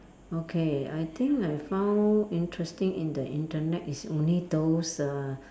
okay I think I found interesting in the internet is only those err